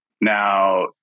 Now